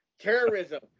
terrorism